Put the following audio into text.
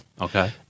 Okay